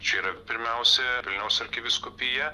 čia yra pirmiausia vilniaus arkivyskupija